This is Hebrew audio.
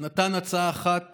נתן הצעה אחת